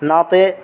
ناتے